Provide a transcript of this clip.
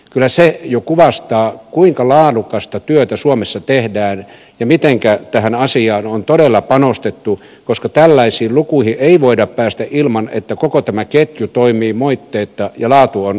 kyllä se jo kuvastaa kuinka laadukasta työtä suomessa tehdään ja miten tähän asiaan on todella panostettu koska tällaisiin lukuihin ei voida päästä ilman että koko tämä ketju toimii moitteetta ja laatu on varmistettu